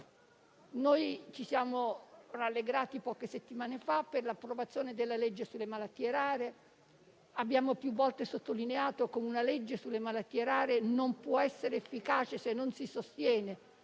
Noi ci siamo rallegrati, poche settimane fa, per l'approvazione della legge sulle malattie rare. Abbiamo più volte sottolineato come una legge sulle malattie rare non possa essere efficace se non si sostiene